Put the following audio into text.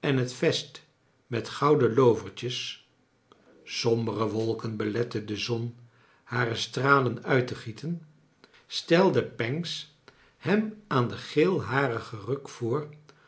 en het vest met gouden looverfcjes sombere wolken beletten de zon hare stralen uit te gieten stelde pancks hem aan den geelharigen rugg voor